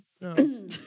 no